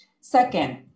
Second